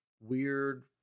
weird